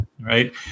right